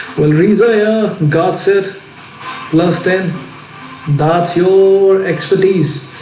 well reason yeah god said plus ten that's your expertise.